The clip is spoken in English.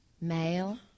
Male